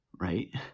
right